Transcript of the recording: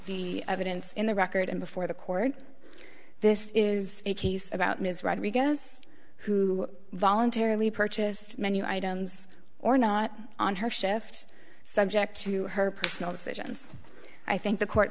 the evidence in the record and before the court this is a case about ms rodriguez who voluntarily purchased many items or not on her shift subject to her personal decisions i think the court